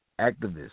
activists